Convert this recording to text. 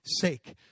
sake